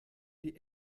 die